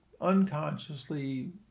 unconsciously